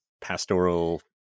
pastoral